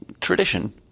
tradition